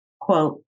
quote